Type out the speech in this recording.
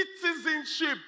citizenship